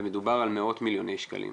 מדובר על מאות מיליוני שקלים.